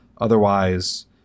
otherwise